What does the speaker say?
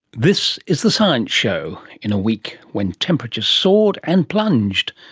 this is the science show in a week when temperatures soared, and plunged.